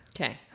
Okay